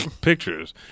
pictures